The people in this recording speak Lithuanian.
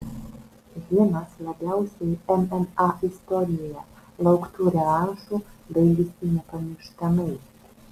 vienas labiausiai mma istorijoje lauktų revanšų baigėsi nepamirštamai